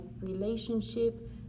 relationship